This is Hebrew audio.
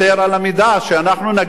שאנחנו נגיע למצב,